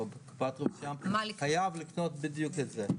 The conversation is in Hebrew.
לקופת חולים מסוימת - חייב לקנות בדיוק את זה.